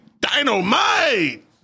Dynamite